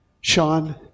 Sean